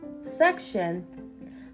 section